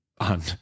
on